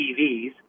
TVs